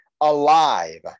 alive